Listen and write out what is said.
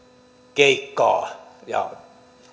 keikkaa ja